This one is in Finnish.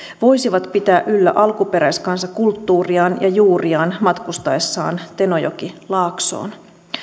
voisivat pitää yllä alkuperäiskansakulttuuriaan ja juuriaan matkustaessaan tenojokilaaksoon